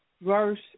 verse